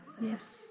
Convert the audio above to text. yes